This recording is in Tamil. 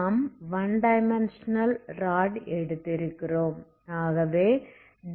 நாம் 1 டைமென்ஷன்ஸனல் ராட் எடுத்திருக்கிறோம்